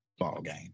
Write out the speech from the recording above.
ballgame